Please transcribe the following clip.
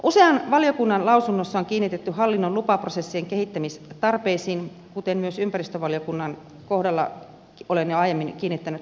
usean valiokunnan lausunnossa on kiinnitetty huomiota hallinnon lupaprosessien kehittämistarpeisiin kuten myös ympäristövaliokunnnan kohdalla olen jo aiemmin kiinnittänyt huomiota